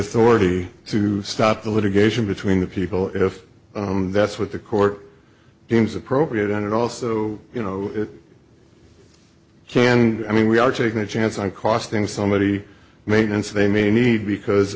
authority to stop the litigation between the people if that's what the court deems appropriate and also you know it can i mean we are taking a chance on costing somebody maintenance they may need because